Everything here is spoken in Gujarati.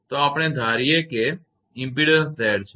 તો આપણે ધારીએ કે ઇમપેડન્સ Z છે